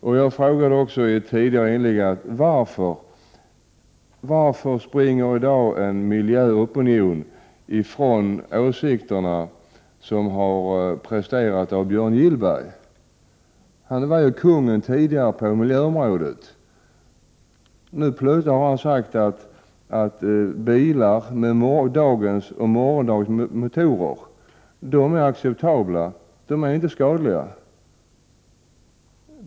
I ett tidigare inlägg frågade jag också: Varför springer i dag en miljöopinion ifrån de åsikter som Björn Gillberg presenterat? Han var ju tidigare kungen på miljöområdet. Nu har han sagt att bilar med dagens och morgondagens motorer är acceptabla, de är inte skadliga.